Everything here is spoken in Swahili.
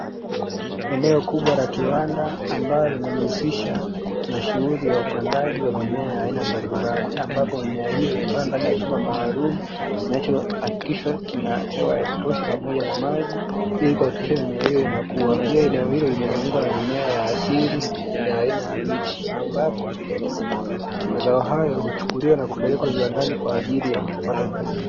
Eneo kubwa la kiwanda ambalo linajihusisha na shughuli za upandaji wa mimea ya aina mbalimbali, ambapo mimea hiyo imekaa ndani ya chumba maalumu kinachohakikishwa kina hewa ya kutosha, pamoja na maji ili kuhakikisha mimea hiyo inakua. Pia, eneo hilo limezungukwa na mimea ya asili, ya aina ya miti ambapo mazao hayo huchukuliwa na kupelekwa viwandani kwa ajili ya kuchakatwa zaidi.